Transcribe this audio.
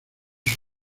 sus